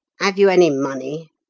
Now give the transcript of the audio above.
have you any money?